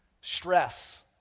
Stress